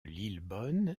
lillebonne